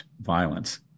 violence